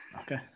okay